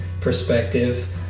perspective